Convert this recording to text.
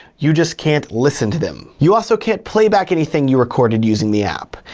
you just can't listen to them. you also can't playback anything you recorded using the app.